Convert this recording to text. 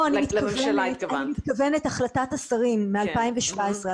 אני מתכוונת להחלטת השרים מ-2017,